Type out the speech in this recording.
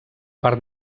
part